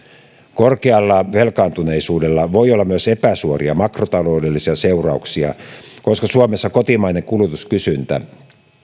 korkealla velkaantuneisuudella voi olla myös epäsuoria makrotaloudellisia seurauksia koska suomessa kotimainen kulutuskysyntä